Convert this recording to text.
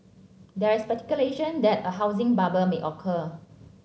there is speculation that a housing bubble may occur